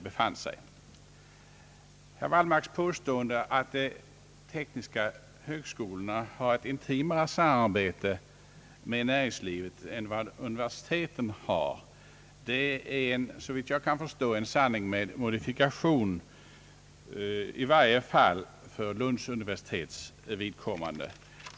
Herr Wallmarks påstående att tekniska högskolorna har ett intimare samarbete med näringslivet än universiteten är, såvitt jag kan förstå, en sanning med modifikation i varje fall för Lunds universitets vidkommande.